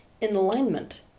in-alignment